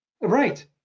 Right